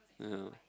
yeah